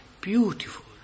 beautiful